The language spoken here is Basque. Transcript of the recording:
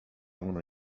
ona